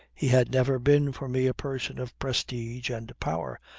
he had never been for me a person of prestige and power,